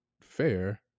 fair